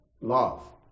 love